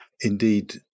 Indeed